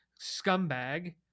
scumbag